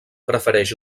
prefereix